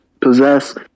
possess